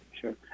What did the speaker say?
sure